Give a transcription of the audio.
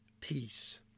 peace